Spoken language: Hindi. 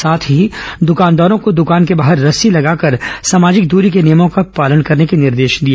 साथ ही दुकानदारों को दुकान के बाहर रस्सी लगाकर सामाजिक दूरी के नियमों के पालन करने के निर्देश भी दिए